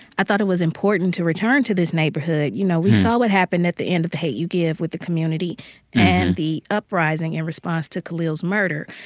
i thought it was important to return to this neighborhood you know, we saw what happened at the end of the hate u give with the community and the uprising in response to khalil's murder.